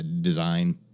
design